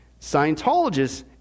Scientologists